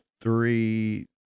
three